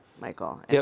Michael